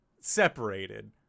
separated